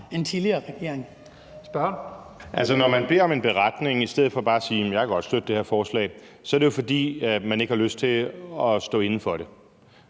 Morten Messerschmidt (DF): Altså, når man beder om en beretning i stedet for bare at sige, at man godt kan støtte det her forslag, så er det jo, fordi man ikke har lyst til at stå inde for det.